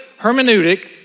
hermeneutic